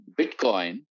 Bitcoin